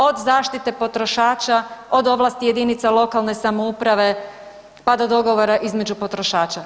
Od zaštite potrošača, od ovlasti jedinica lokalne samouprave, pa do dogovora između potrošača.